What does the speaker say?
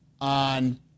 on